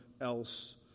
else